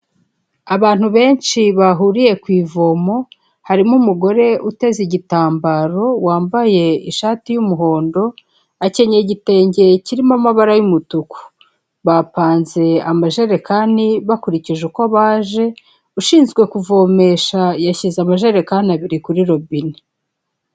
Abantu benshi bahuriye ku ivomo, harimo umugore uteze igitambaro wambaye ishati y'umuhondo, akenye igitenge kirimo amabara y'umutuku, bapanze amajerekani bakurikije uko baje, ushinzwe kuvomesha yashyize amajerekani abiri kuri robine.